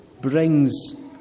brings